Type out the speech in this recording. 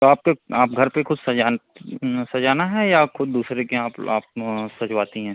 तो आपके आप घर पर खुद सजान सजाना है या खुद दूसरे के यहाँ आप आप सजवाती हैं